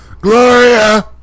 Gloria